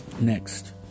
Next